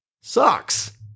sucks